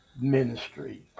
ministry